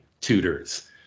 tutors